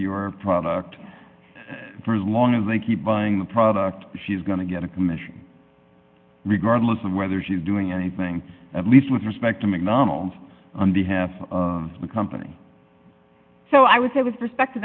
your product for as long as they keep buying the product she's going to get a commission regardless of whether she's doing anything at least with respect to mcdonald's on behalf of the company so i would say with respect